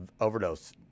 overdose